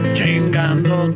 Chingando